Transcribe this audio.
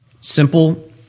Simple